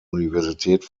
universität